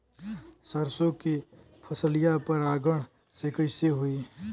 सरसो के फसलिया परागण से कईसे होई?